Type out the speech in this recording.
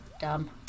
Dumb